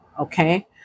Okay